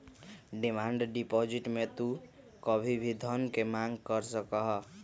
demand deposit में तू कभी भी धन के मांग कर सका हीं